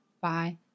Bye